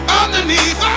underneath